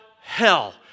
hell